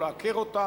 לעקר אותם,